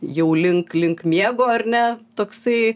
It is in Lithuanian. jau link link miego ar ne toksai